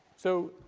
so,